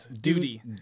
Duty